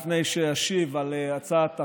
לפני שאשיב על הצעת החוק,